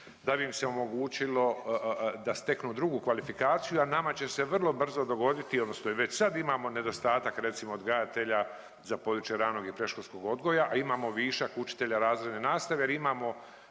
da bi im se omogućilo da steknu drugu kvalifikaciju, a nama će se vrlo brzo dogoditi odnosno i već sad imamo nedostatak recimo odgajatelja za područje ranog i predškolskog odgoja, a imamo višak učitelja razredne nastave jer imamo